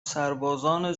سربازان